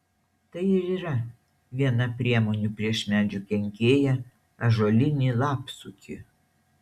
tai ir yra viena priemonių prieš medžių kenkėją ąžuolinį lapsukį